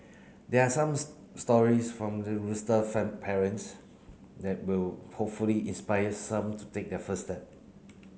there are some stories from parents that will hopefully inspire some to take their first step